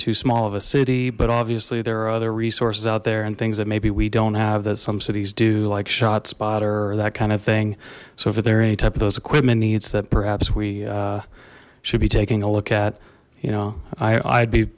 too small of a city but obviously there are other resources out there and things that maybe we don't have that some cities do like shotspotter or that kind of thing so if there are any type of those equipment needs that perhaps we should be taking a look at you know i'd be